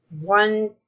one